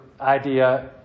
idea